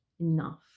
enough